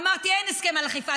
אמרתי: אין הסכם על חיפה.